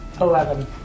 Eleven